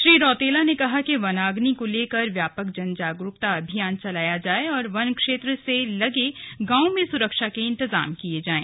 श्री रौतेला ने कहा कि वनाग्नि को लेकर व्यापक जनजागरूकता अभियान चलाया जाए और वन क्षेत्र से लगे गांवों में सुरक्षा के इंतजाम किये जाएं